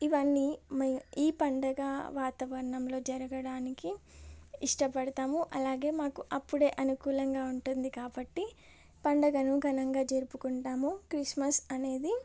ఇవన్నీ ఈ పండగ వాతావరణంలో జరగడానికి ఇష్టపడతాము అలాగే మాకు అప్పుడే అనుకూలంగా ఉంటుంది కాబట్టి పండగను ఘనంగా జరుపుకుంటాము క్రిస్మస్ అనేది